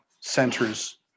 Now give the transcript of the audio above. centers